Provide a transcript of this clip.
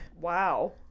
wow